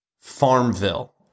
Farmville